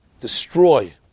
destroy